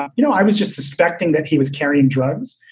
ah you know, i was just suspecting that he was carrying drugs,